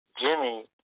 Jimmy